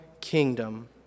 kingdom